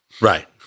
Right